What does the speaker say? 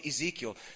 Ezekiel